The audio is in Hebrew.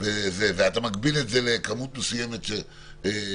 ואתה מגביל את זה לכמות מסוימת שיכולה,